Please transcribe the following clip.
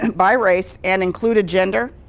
and by race, and included gender?